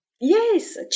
Yes